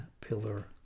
pillar